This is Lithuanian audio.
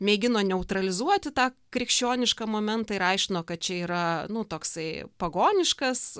mėgino neutralizuoti tą krikščionišką momentą ir aiškino kad čia yra nu toksai pagoniškas